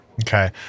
Okay